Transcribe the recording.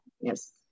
Yes